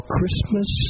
Christmas